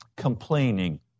complaining